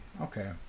okay